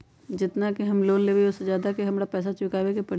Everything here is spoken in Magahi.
जेतना के हम लोन लेबई ओ से ज्यादा के हमरा पैसा चुकाबे के परी?